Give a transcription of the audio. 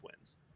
wins